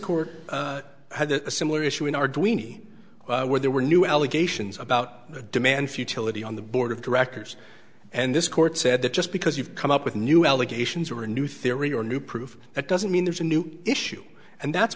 court had a similar issue in our day we were there were new allegations about the demand futility on the board of directors and this court said that just because you've come up with new allegations or a new theory or new proof that doesn't mean there's a new issue and that's